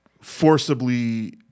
forcibly